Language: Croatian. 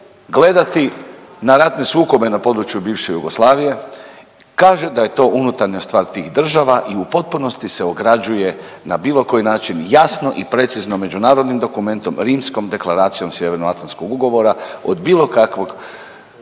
gledati na ratne sukobe na području bivše Jugoslavije, kaže da je to unutarnja stvar tih država i u potpunosti se ograđuje na bilo koji način jasno i precizno međunarodnim dokumentom, Rimskom deklaracijom Sjeveroatlantskog ugovora od bilo kakvog,